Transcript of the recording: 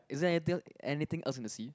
is there anything els~ anything else in the sea